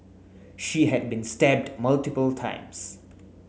she had been stabbed multiple times